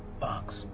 Box